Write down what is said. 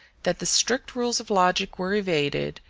that the strict rules of logic were evaded,